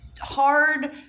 hard –